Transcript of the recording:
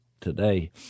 today